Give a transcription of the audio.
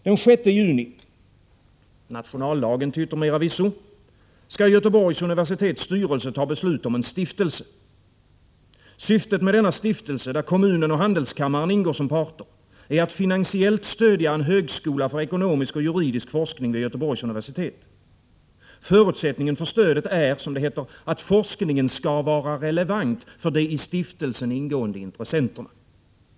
Den 6 juni — nationaldagen, till yttermera visso — skall Göteborgs universitets styrelse fatta beslut om en stiftelse. Syftet med denna stiftelse, där kommunen och handelskammaren ingår som parter, är att finansiellt stödja en högskola för ekonomisk och juridisk forskning vid Göteborgs universitet. Förutsättningen för stödet är, som det heter, att forskningen skall vara relevant för de i stiftelsen ingående intressenterna.